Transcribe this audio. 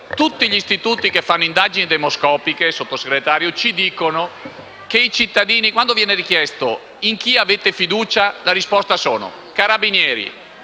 tutti gli istituti che fanno indagini demoscopiche, Sottosegretario, ci dicono che i cittadini, quando viene richiesto loro in chi hanno fiducia, rispondono Carabinieri,